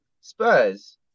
Spurs